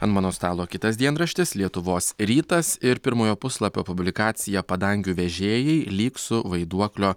ant mano stalo kitas dienraštis lietuvos rytas ir pirmojo puslapio publikacija padangių vežėjai lyg su vaiduoklio